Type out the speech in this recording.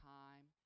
time